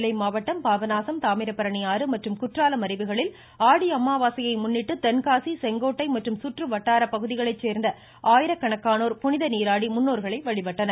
நெல்லை மாவட்டம் பாபநாசம் தாமிரபரணி ஆறு மற்றும் குற்றாலம் அருவிகளில் ஆடி அமாவாசையை முன்னிட்டு தென்காசி செங்கோட்டை மற்றும் சுற்றுவட்டார பகுதிகளை சோ்ந்த ஆயிரக்கணக்கானோர் புனிதநீராடி முன்னோர்களை வழிபட்டனர்